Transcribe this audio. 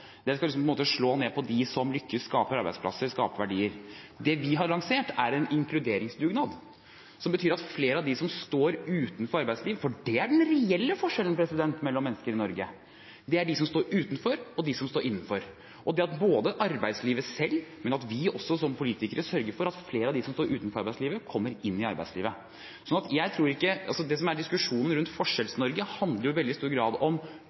dere er veldig opptatt av å bekjempe rikdom. Dere skal liksom ned på dem som lykkes, skaper arbeidsplasser, skaper verdier. Det vi har lansert, er en inkluderingsdugnad, for det er den reelle forskjellen mellom mennesker i Norge: De som står utenfor arbeidslivet, og de som er innenfor. Både arbeidslivet selv og vi som politikere må sørge for at flere av dem som står utenfor arbeidslivet, kommer inn i arbeidslivet. Det som er diskusjonen rundt Forskjells-Norge, handler i veldig stor grad om